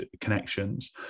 connections